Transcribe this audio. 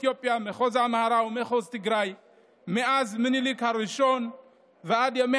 לפני כמה חודשים נחשפתי להצעת חוק שהוגשה על ידי